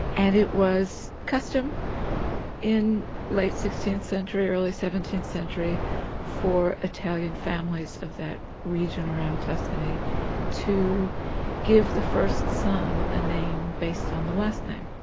and it was custom in late sixteenth century or early seventeenth century for italian families of that region around tuscany to give the first son a name based on the last name.